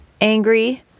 angry